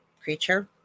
creature